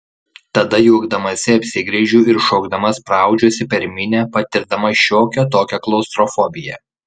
tada juokdamasi apsigręžiu ir šokdama spraudžiuosi per minią patirdama šiokią tokią klaustrofobiją